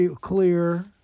clear